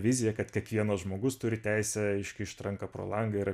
vizija kad kiekvienas žmogus turi teisę iškišt ranką pro langą ir